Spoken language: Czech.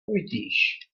uvidíš